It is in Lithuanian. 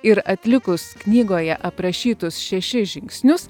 ir atlikus knygoje aprašytus šešis žingsnius